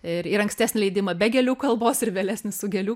ir ir ankstesnį leidimą be gėlių kalbos ir vėlesnį su gėlių